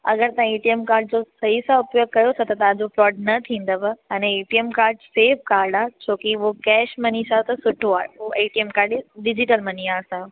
अगरि तव्हां A T M card जो सही सां उपयोगु कयो त तव्हांजो फ्रॉड न थींदव अने T M card safe card आहे छो की हूअ केश मनी सां त सुठो आहे A T M card digital money आहे असांॼो